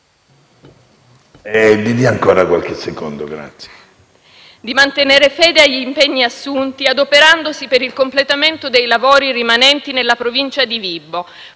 di mantenere fede agli impegni assunti, adoperandosi per il completamento dei lavori rimanenti nella provincia di Vibo